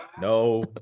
no